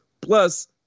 Plus